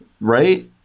Right